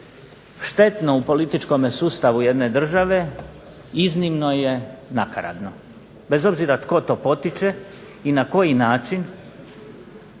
štetno u političkome sustavu jedne države, iznimno je nakaradno, bez obzira tko to potiče i na koji način,